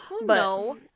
no